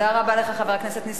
תודה רבה לך, חבר הכנסת נסים זאב.